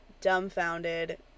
dumbfounded